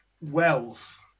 wealth